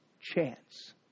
chance